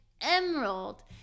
emerald